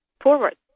forward